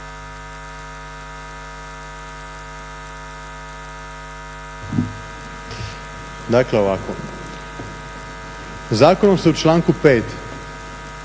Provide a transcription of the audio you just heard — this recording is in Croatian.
Dakle ovako, Zakonom se u članku 5.